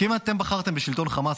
כי בחרתם בשלטון חמאס,